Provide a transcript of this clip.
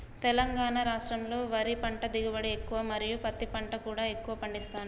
తెలంగాణ రాష్టంలో వరి పంట దిగుబడి ఎక్కువ మరియు పత్తి పంట కూడా ఎక్కువ పండిస్తాండ్లు